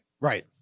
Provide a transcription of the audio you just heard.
Right